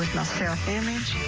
like ah self-image,